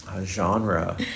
genre